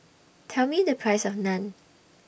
Tell Me The Price of Naan